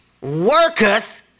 worketh